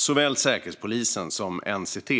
Såväl Säkerhetspolisen som NCT